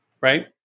Right